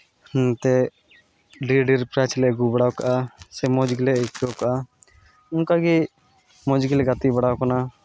ᱚᱱᱛᱮ ᱰᱷᱮᱹᱨ ᱰᱷᱮᱹᱨ ᱯᱨᱟᱭᱤᱡᱽ ᱞᱮ ᱟᱹᱜᱩ ᱵᱟᱲᱟᱣ ᱠᱟᱜᱼᱟ ᱥᱮ ᱢᱚᱡᱽ ᱜᱮᱞᱮ ᱟᱹᱭᱠᱟᱹᱣ ᱠᱟᱜᱼᱟ ᱚᱱᱠᱟ ᱜᱮ ᱢᱚᱡᱽ ᱜᱮᱞᱮ ᱜᱟᱛᱮ ᱵᱟᱲᱟᱣ ᱠᱟᱱᱟ